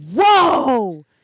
Whoa